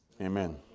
Amen